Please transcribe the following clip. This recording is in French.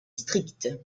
strict